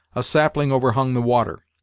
a sapling overhung the water,